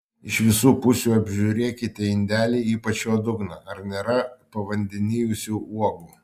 iš visų pusių apžiūrėkite indelį ypač jo dugną ar nėra pavandenijusių uogų